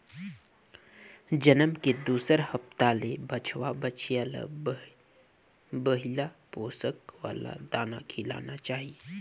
जनम के दूसर हप्ता ले बछवा, बछिया ल बड़िहा पोसक वाला दाना खिलाना चाही